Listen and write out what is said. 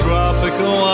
Tropical